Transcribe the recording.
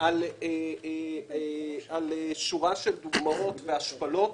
על שורה של דוגמאות להשפלות